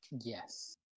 Yes